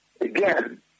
Again